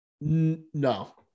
No